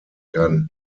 kann